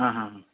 ಹಾಂ ಹಾಂ ಹಾಂ